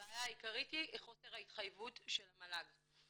הבעיה העיקרית היא חוסר ההתחייבות של המל"ג.